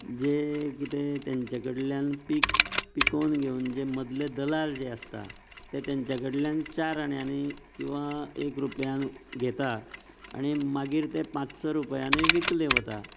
जें कितें तेंचे कडल्यान पीक पिकोवन घेवन जें मदलें दलाल जें आसता ते तेंचे कडल्यान चार आण्यांनी किंवां एक रुपयान घेता आनी मागीर तें पांच स रुपयांनी विकलें वता